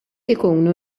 ikunu